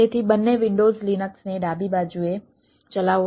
તેથી બંને વિન્ડોઝ લિનક્સને ડાબી બાજુએ ચલાવો